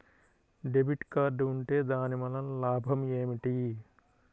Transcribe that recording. Debit card ఉంటే దాని వలన లాభం ఏమిటీ?